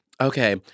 okay